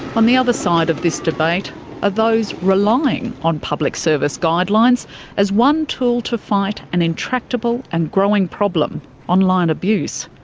on the other side of this debate are those relying on public service guidelines as one tool to fight an intractable and growing problem online abuse.